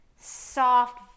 soft